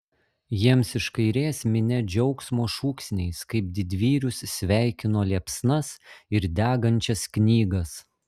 jiems iš kairės minia džiaugsmo šūksniais kaip didvyrius sveikino liepsnas ir degančias knygas